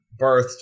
birthed